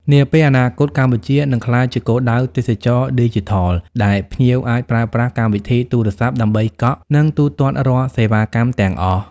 នាពេលអនាគត កម្ពុជានឹងក្លាយជាគោលដៅទេសចរណ៍ឌីជីថល ដែលភ្ញៀវអាចប្រើប្រាស់កម្មវិធីទូរស័ព្ទដើម្បីកក់ និងទូទាត់រាល់សេវាកម្មទាំងអស់។